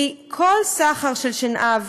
כי כל סחר בשנהב,